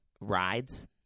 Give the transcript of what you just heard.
rides